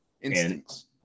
Instincts